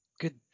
good